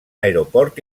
aeroport